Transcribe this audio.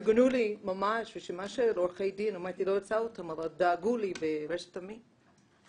ארגנו לי רשימה של עורכי דין, דאגו לי ברשת עמי,